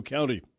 County